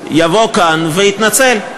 יבוא לכאן ויתנצל.